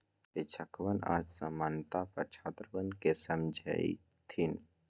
शिक्षकवन आज साम्यता पर छात्रवन के समझय थिन